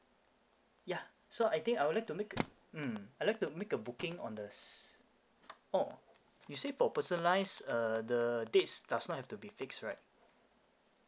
yeah so I think I would like to make a mm I like to make a booking on the s~ oh you say for personalized uh the dates does not have to be fixed right